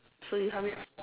so you help me